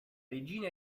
regina